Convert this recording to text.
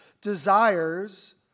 desires